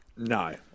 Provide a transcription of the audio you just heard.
No